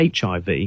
hiv